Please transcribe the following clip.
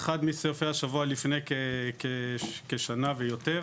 באחד מסופי השבוע לפני כשנה ויותר,